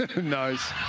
Nice